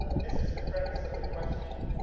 ah this is the preface of the question,